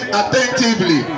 attentively